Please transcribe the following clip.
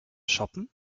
shoppen